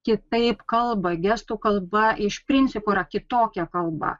kitaip kalba gestų kalba iš principo yra kitokia kalba